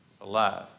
alive